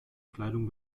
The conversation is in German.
kleidung